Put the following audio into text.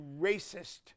racist